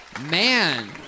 man